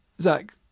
Zach